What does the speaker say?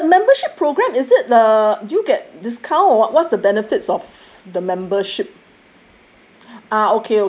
okay the membership program is it uh do you get discount wha~ what's the benefits of the membership